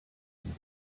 some